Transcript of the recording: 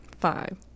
Five